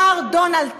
את מר דונלד טראמפ,